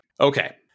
Okay